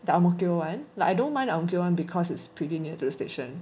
the ang mo kio [one] like I don't mind the ang mo kio [one] because it's pretty near to the station